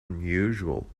unusual